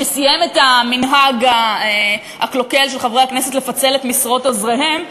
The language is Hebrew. שסיים את המנהג הקלוקל של חברי הכנסת לפצל את משרות עוזריהם,